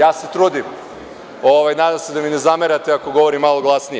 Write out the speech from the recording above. Ja se trudim, nadam se da mi ne zamerate ako govorim malo glasnije.